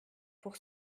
pour